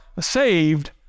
saved